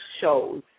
shows